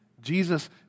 Jesus